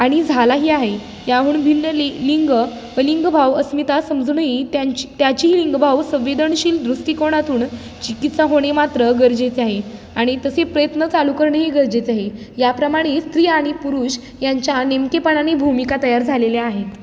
आणि झालाही आहे याहून भिन्न लि लिंग लिंगभाव अस्मिता समजूनही त्यांची त्याची लिंगभाव संवेदनशील दृष्टिकोनातून चिकित्सा होणे मात्र गरजेचे आहे आणि तसे प्रयत्न चालू करणेही गरजेचे आहे याप्रमाणे स्त्री आणि पुरुष यांच्या नेमकेपणानी भूमिका तयार झालेल्या आहेत